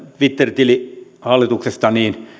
twitter tili hallituksesta